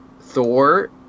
Thor